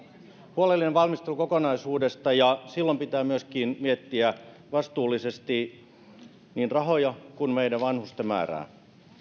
huolellinen valmistelu kokonaisuudesta ja silloin pitää myöskin miettiä vastuullisesti niin rahoja kuin meidän vanhusten määrää